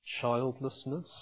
childlessness